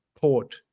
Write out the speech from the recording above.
port